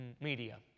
Media